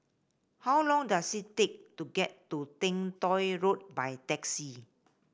how long does it take to get to Teng Tong Road by taxi